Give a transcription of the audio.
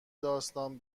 داستان